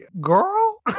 Girl